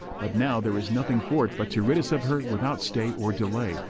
but now there is nothing for it but to rid us of her without stay or delay,